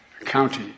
county